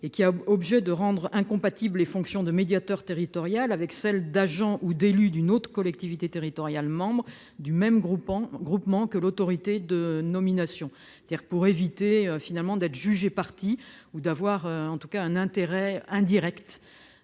a pour objet de rendre incompatibles les fonctions de médiateur territorial avec celles d'agent ou d'élu d'une autre collectivité territoriale membre du même groupement que l'autorité de nomination. Il s'agit d'éviter d'être juge et partie ou d'avoir un intérêt indirect